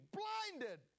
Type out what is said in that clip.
blinded